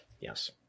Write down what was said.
yes